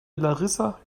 larissa